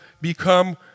become